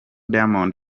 diamond